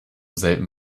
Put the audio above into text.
selben